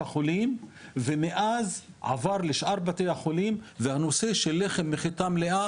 החולים ומאז עבר לשאר בתי החולים והנושא של לחם מחיטה מלאה